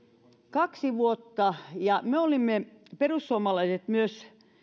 kaksi vuotta me perussuomalaiset olimme myös